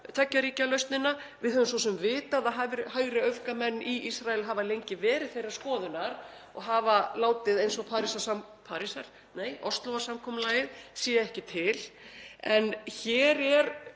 tveggja ríkja lausnina. Við höfum svo sem vitað að hægri öfgamenn í Ísrael hafa lengi verið þeirrar skoðunar og hafa látið eins og Óslóarsamkomulagið sé ekki til. Hér er